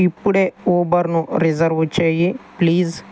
ఇప్పుడే ఊబర్ను రిజర్వ్ చెయ్యి ప్లీజ్